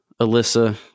Alyssa